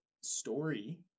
story